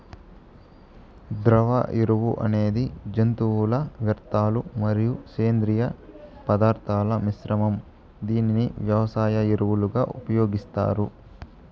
ద్రవ ఎరువు అనేది జంతువుల వ్యర్థాలు మరియు సేంద్రీయ పదార్థాల మిశ్రమం, దీనిని వ్యవసాయ ఎరువులుగా ఉపయోగిస్తారు